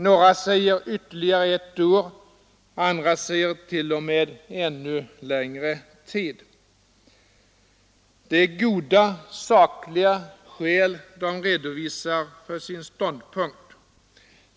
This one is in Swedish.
Några säger ytterligare ett år, andra säger t.o.m. ännu längre tid. Det är goda och sakliga skäl de redovisar för sin ståndpunkt.